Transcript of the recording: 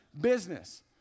business